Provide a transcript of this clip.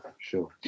Sure